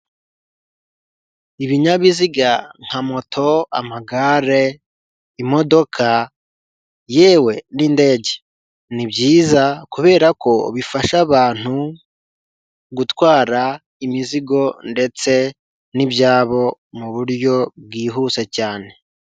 Ibinyabiziga nka moto, amagare, imodoka yewe n'indege ni byiza kubera ko bifasha abantu gutwara imizigo ndetse n'ibyabo mu buryo bwihuse cyane.